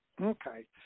Okay